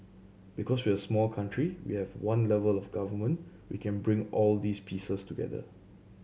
because we're a small country we have one level of Government we can bring all these pieces together